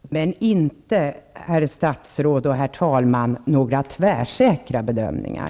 Herr talman! Man kan inte, herr statsråd, göra några tvärsäkra bedömningar.